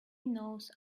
knows